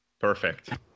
Perfect